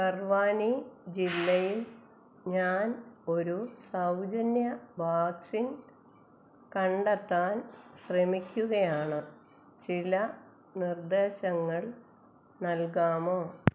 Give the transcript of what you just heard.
ബർവാനി ജില്ലയിൽ ഞാൻ ഒരു സൗജന്യ വാക്സിൻ കണ്ടെത്താൻ ശ്രമിക്കുകയാണ് ചില നിർദ്ദേശങ്ങൾ നൽകാമോ